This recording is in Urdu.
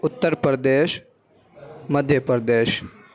اتّر پردیش مدھیہ پردیش